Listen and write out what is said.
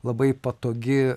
labai patogi